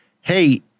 hey